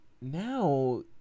now